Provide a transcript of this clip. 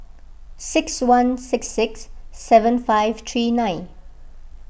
six one six six seven five three nine